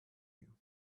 you